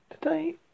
Today